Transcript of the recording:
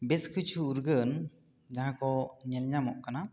ᱵᱮᱥ ᱠᱤᱪᱷᱩ ᱩᱨᱜᱟᱹᱱ ᱡᱟᱦᱟᱸ ᱠᱚ ᱧᱮᱞ ᱧᱟᱢᱚᱜ ᱠᱟᱱᱟ